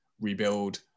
rebuild